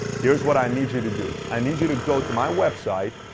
here's what i need you to do. i need you to go to my website,